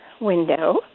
window